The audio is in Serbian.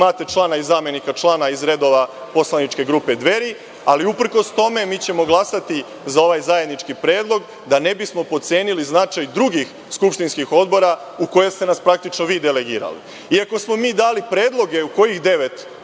imate člana i zamenika člana iz redova poslaničke grupe Dveri, ali uprkos tome mi ćemo glasati za ovaj zajednički predlog, kako ne bismo potcenili značaj drugih skupštinskih odbora u koje ste nas praktično vi delegirali. Iako smo mi dali predloge u kojih devet